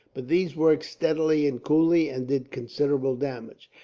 but these worked steadily and coolly, and did considerable damage.